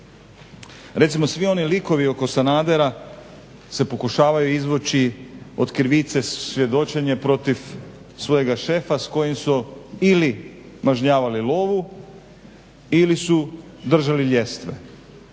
Recimo svi oni likovi oko Sanadera se pokušavaju izvući od krivice svjedočenjem protiv svojega šefa s kojim su ili mažnjavali lovu ili su držali ljestve.